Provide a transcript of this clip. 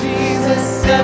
Jesus